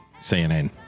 CNN